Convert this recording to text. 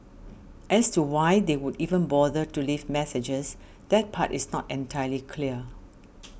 as to why they would even bother to leave messages that part is not entirely clear